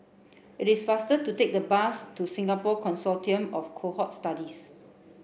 it is faster to take the bus to Singapore Consortium of Cohort Studies